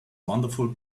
wonderful